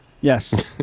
yes